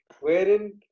wherein